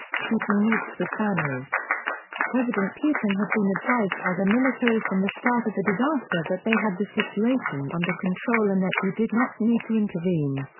putin meets with families families president putin had been advised by the military from the start of the disaster that they had the situation under control and that he did not need to intervene.